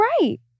right